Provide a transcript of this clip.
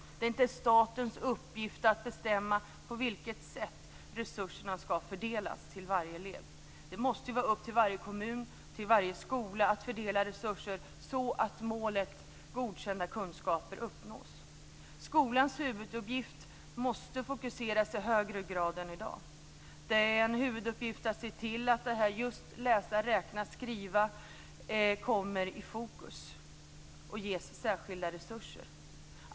Det är inte statens uppgift att bestämma på vilket sätt resurserna skall fördelas till varje elev. Det måste vara upp till varje kommun och till varje skola att fördela resurser så att målet godkända kunskaper uppnås. Skolans huvuduppgift måste fokuseras i högre grad än i dag. Det är en huvuduppgift att se till att just elevernas förmåga att läsa, räkna och skriva kommer i fokus och ges särskilda resurser.